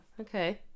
okay